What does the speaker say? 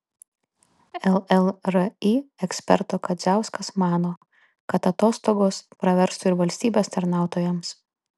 llri eksperto kadziauskas mano kad atostogos praverstų ir valstybės tarnautojams